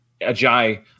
Ajay